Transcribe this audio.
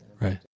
Right